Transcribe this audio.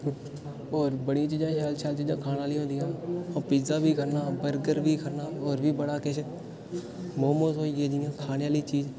होर बड़ियां चीजां शैल शैल चीजां खान आह्लियां होंदियां अ'ऊं पिज्जा बी खन्ना बर्गर बी खन्ना होर बी बड़ा केश मोमोज होई गे जि'यां खाने आह्ली चीज